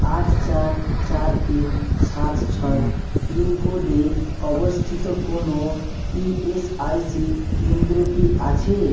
আট চার চার তিন সাত ছয় পিনকোডে অবস্থিত কোনো ই এস আই সি কেন্দ্র কি আছে